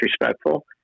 respectful